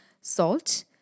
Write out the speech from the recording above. salt